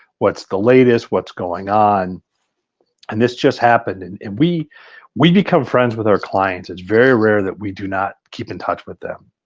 what's the latest, what's going on and this just happened. and and we we become friends with our clients. it's very rare that we do not keep in touch with them.